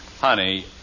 Honey